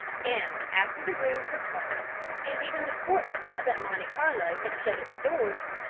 and after the rooms were closed, and even the sports club at monte carlo had shut its doors,